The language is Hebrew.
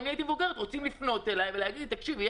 רוצים לפנות אליי ולהגיד לי: תקשיבי,